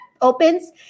opens